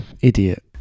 idiot